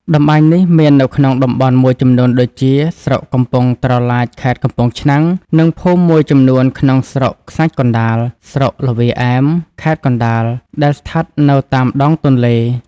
តម្បាញនេះមាននៅក្នុងតំបន់មួយចំនួនដូចជា ស្រុកកំពង់ត្រឡាចខេត្តកំពង់ឆ្នាំង និងភូមិមួយចំនួនក្នុងស្រុកខ្សាច់កណ្តាល ស្រុកល្វាឯម ខេត្តកណ្តាល ដែលស្ថិតនៅតាមដងទន្លេ ។